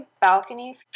balcony